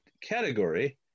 category